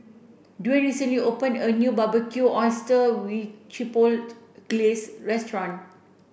Dwane recently opened a new Barbecued Oysters with Chipotle Glaze restaurant